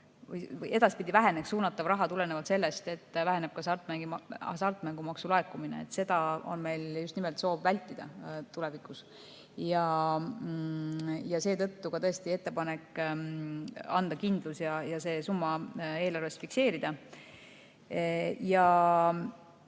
edaspidi väheneks suunatav raha tulenevalt sellest, et väheneb hasartmängumaksu laekumine. Seda on meil just nimelt soov tulevikus vältida. Seetõttu ka tõesti on ettepanek anda kindlus ja see summa eelarves fikseerida.